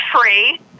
free